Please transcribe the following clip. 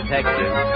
Texas